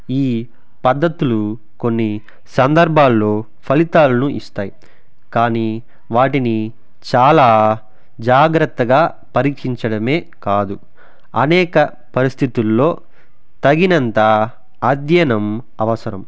ఈ పద్ధతులు కొన్ని సందర్భాల్లో ఫలితాలను ఇస్తాయి కానీ వాటిని చాలా జాగ్రత్తగా పరీక్షించడమే కాదు అనేక పరిస్థితుల్లో తగినంత అధ్యయనం అవసరం